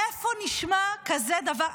איפה נשמע כזה דבר?